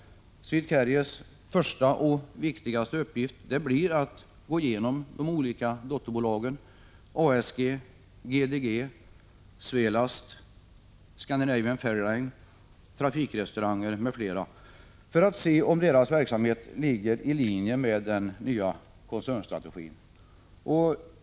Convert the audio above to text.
Swedcarriers första och viktigaste uppgift blir att gå igenom de olika dotterbolagen — ASG, GDG, Svelast, Scandinavian Ferry Lines AB, AB Trafikrestauranger m.fl. — för att se om deras verksamhet ligger i linje med den nya koncernstrategin.